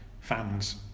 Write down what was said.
fans